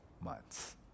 months